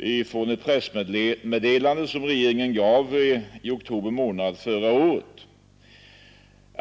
i ett pressmeddelande som regeringen gav i oktober månad förra året.